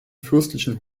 fürstlichen